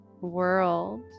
world